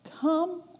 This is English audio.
come